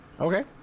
Okay